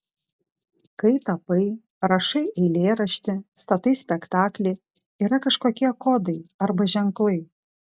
kai tapai rašai eilėraštį statai spektaklį yra kažkokie kodai arba ženklai